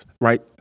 Right